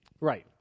Right